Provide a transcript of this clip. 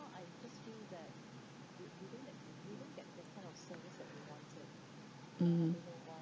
mmhmm